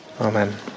Amen